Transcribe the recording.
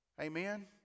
Amen